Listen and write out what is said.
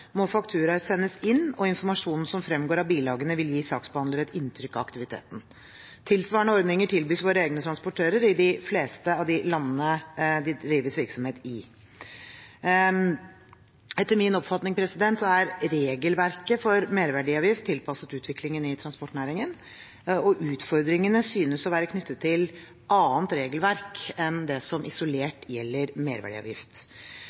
må fakturaer sendes inn, og informasjonen som fremgår av bilagene, vil gi saksbehandler et inntrykk av aktiviteten. Tilsvarende ordninger tilbys våre egne transportører i de fleste av de landene det drives virksomhet i. Etter min oppfatning er regelverket for merverdiavgift tilpasset utviklingen i transportnæringen. Utfordringene synes å være knyttet til annet regelverk enn det som isolert gjelder merverdiavgift.